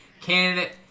Candidate